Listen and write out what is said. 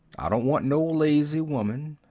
i don't want no lazy woman.